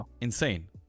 insane